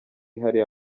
hariya